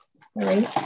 sorry